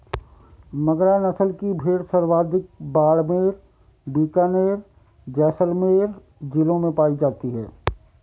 मगरा नस्ल की भेड़ सर्वाधिक बाड़मेर, बीकानेर, जैसलमेर जिलों में पाई जाती है